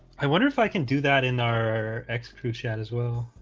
i wonder if i can do that in our execute chat as well.